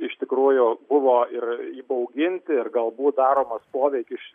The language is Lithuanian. iš tikrųjų buvo ir įbauginti ir galbūt daromas poveikis